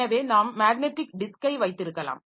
எனவே நாம் மேக்னடிக் டிஸ்கை வைத்திருக்கலாம்